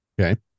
Okay